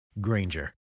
Granger